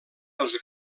els